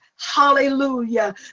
Hallelujah